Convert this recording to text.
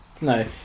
no